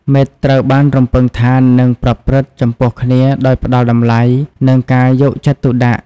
មិត្តត្រូវបានរំពឹងថានឹងប្រព្រឹត្តចំពោះគ្នាដោយផ្ដល់តម្លៃ និងមានការយកចិត្តទុកដាក់។